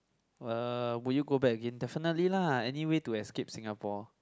uh would you go back again definitely lah any way to escape Singapore